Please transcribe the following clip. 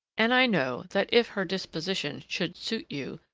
and i know that, if her disposition should suit you,